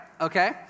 Okay